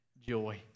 joy